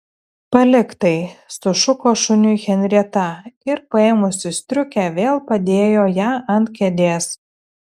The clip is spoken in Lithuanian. palik tai sušuko šuniui henrieta ir paėmusi striukę vėl padėjo ją ant kėdės